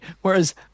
whereas